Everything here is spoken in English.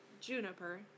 Juniper